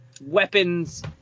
Weapons